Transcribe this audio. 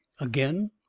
again